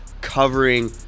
covering